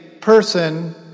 person